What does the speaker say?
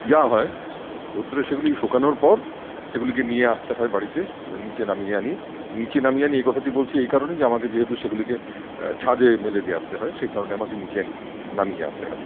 যা হয় রৌদ্রে সেগুলি শোকানোর পর সেগুলিকে নিয়ে আসতে হয় বাড়িতে নীচে নামিয়ে আনি নীচে নামিয়ে আনি এই কথাটি বলছি এই কারণেই যে আমাদের যেহেতু সেগুলিকে ছাদে মেলে দিয়ে আসতে হয় সেই কারণে আমাকে নীচে নামিয়ে আনতে হয়